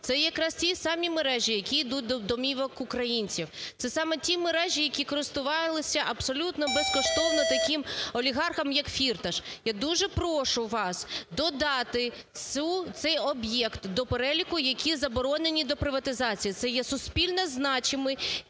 Це якраз ті самі мережі, які йдуть до домівок українців. Це саме ті мережі, які користувалися абсолютно безкоштовно таким олігархом як Фірташ. Я дуже прошу вас додати цей об'єкт до переліку, які заборонені до приватизації. Це є суспільно значимий